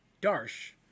Darsh